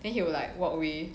then he will like walk away